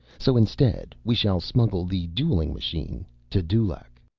so instead, we shall smuggle the dueling machine to dulaq!